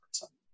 person